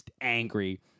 angry